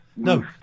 No